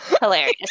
Hilarious